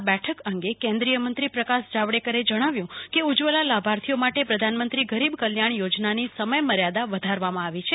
આ બેઠક અંગે કેન્દ્રિય મંત્રી પ્રકાશ જાવડેકરે જણાવ્યું કે ઉજવલા લાભાર્થીઓ માટે પ્રધાનમંત્રી ગરીબ કલ્યાણ યોજનાની સમય મર્યાદા વધારવામાં આવી છે